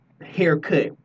haircut